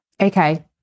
Okay